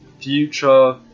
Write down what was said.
future